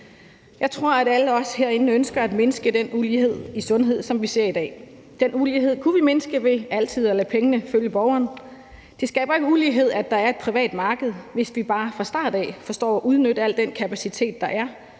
Jeg tror, at alle os herinde ønsker at mindske den ulighed i sundhed, som vi ser i dag. Den ulighed kunne vi mindske ved altid at lade pengene følge borgeren. Det skaber ikke ulighed, at der er et privat marked, hvis vi bare fra start af forstår at udnytte al den kapacitet, der er,